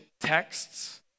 texts